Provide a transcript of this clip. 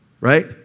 right